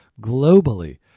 globally